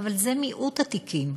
אבל זה מיעוט התיקים.